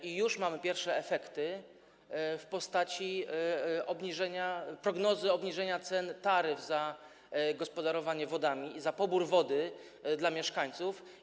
I już mamy pierwsze efekty w postaci prognozy obniżenia cen taryf za gospodarowanie wodami i za pobór wody dla mieszkańców.